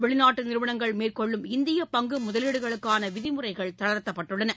வெளிநாட்டு நிறுவனங்கள் மேற்கொள்ளும் இந்தியப் பங்கு முதலீடுகளுக்கான விதிமுறைகள் தளர்த்தப்பட்டுள்ளன